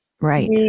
right